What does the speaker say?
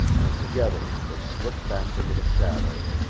and together they slipped back into the shadows,